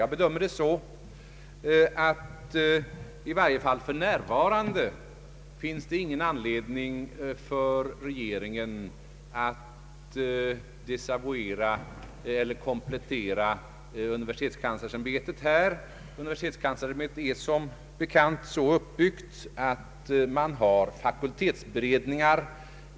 Jag bedömer det så, att i varje fall för närvarande finns ingen anledning för regeringen att desavouera eller komplettera universitetskanslersämbetet i detta avseende. Universitetskanslersämbetet är som bekant så uppbyggt, att man har fakultetsberedningar.